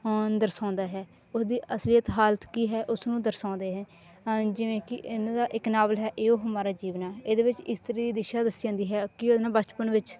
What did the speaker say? ਓ ਦਰਸਾਉਂਦਾ ਹੈ ਉਹਦੀ ਅਸਲੀਅਤ ਹਾਲਤ ਕੀ ਹੈ ਉਸ ਨੂੰ ਦਰਸਾਉਂਦੇ ਹੈ ਜਿਵੇਂ ਕਿ ਇਹਨਾਂ ਦਾ ਇਕ ਨਾਵਲ ਹੈ ਇਹੋ ਹਮਾਰਾ ਜੀਵਨ ਹੈ ਇਹਦੇ ਵਿੱਚ ਇਸਤਰੀ ਦੀ ਦਿਸ਼ਾ ਦੱਸੀ ਜਾਂਦੀ ਹੈ ਕਿ ਉਹਦੇ ਨਾਲ ਬਚਪਨ ਵਿੱਚ